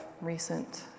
recent